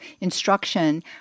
instruction